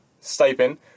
stipend